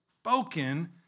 spoken